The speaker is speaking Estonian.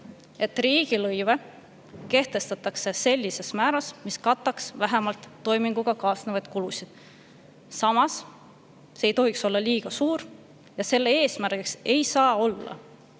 et riigilõive kehtestatakse sellises määras, mis katab vähemalt toiminguga kaasnevad kulud. Samas ei tohiks [riigilõiv] olla liiga suur ja selle eesmärgiks ei tohi olla